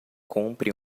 compre